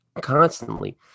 constantly